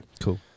Cool